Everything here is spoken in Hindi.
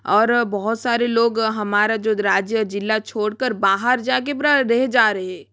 और बहुत सारे लोग हमारा जो राज्य जिला छोड़कर बाहर जाके पूरा रह जा रहे